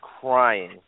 crying